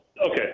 Okay